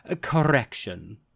correction